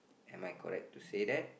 am I correct to say that